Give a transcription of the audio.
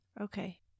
okay